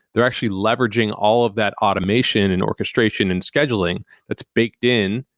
they're actually leveraging all of that automation and orchestration and scheduling that's baked in,